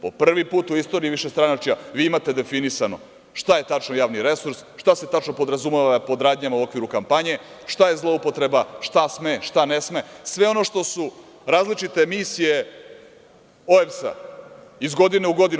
Po prvi put u istoriji višestranačja vi imate definisano šta je tačno javni resurs, šta se tačno podrazumeva pod radnjama u okviru kampanje, šta je zloupotreba, šta sme, šta ne sme, sve ono što su različite misije OEPS-a iz godine u godinu.